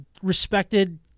respected